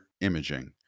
imaging